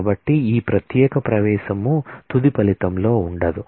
కాబట్టి ఈ ప్రత్యేక ప్రవేశం తుది ఫలితంలో ఉండదు